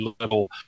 little